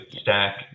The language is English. stack